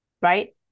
right